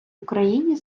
україні